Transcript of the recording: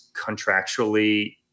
contractually